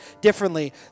differently